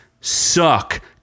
suck